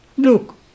Look